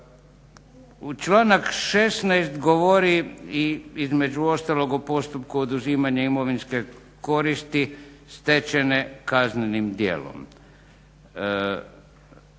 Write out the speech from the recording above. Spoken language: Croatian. Članak 16. govori i između ostalog o postupku oduzimanja imovinske koristi stečene kaznenim djelom.